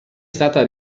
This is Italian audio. stata